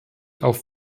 auf